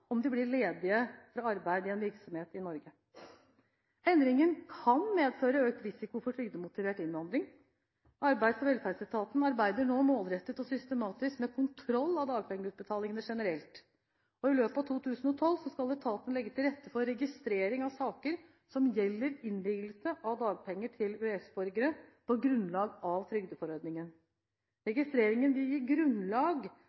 om de blir ledige fra arbeid i en virksomhet i Norge. Endringene kan medføre økt risiko for trygdemotivert innvandring. Arbeids- og velferdsetaten arbeider målrettet og systematisk med kontroll av dagpengeutbetalingene generelt. I løpet av 2012 skal etaten legge til rette for registrering av saker som gjelder innvilgelse av dagpenger til EØS-borgere på grunnlag av trygdeforordningen.